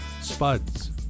spuds